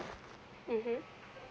mmhmm